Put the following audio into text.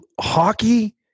hockey